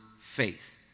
faith